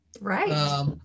Right